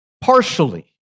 partially